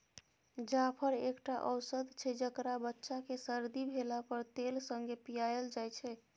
जाफर एकटा औषद छै जकरा बच्चा केँ सरदी भेला पर तेल संगे पियाएल जाइ छै